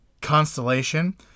constellation